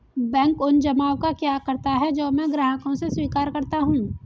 Bank उन जमाव का क्या करता है जो मैं ग्राहकों से स्वीकार करता हूँ?